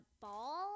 ball